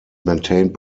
maintained